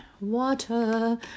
water